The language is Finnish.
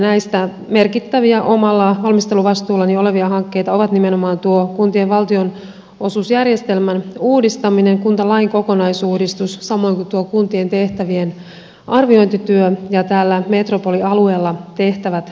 näistä merkittäviä omalla valmisteluvastuullani olevia hankkeita ovat nimenomaan tuo kuntien valtionosuusjärjestelmän uudistaminen kuntalain kokonaisuudistus samoin kuin tuo kuntien tehtävien arviointityö ja täällä metropolialueella tehtävät ratkaisut